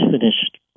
finished